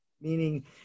Meaning